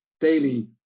daily